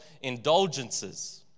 indulgences